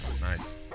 Nice